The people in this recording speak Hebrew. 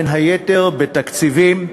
בין היתר בתקציבים,